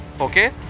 okay